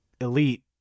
elite